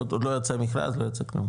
עוד לא יצא מכרז לא יצא כלום?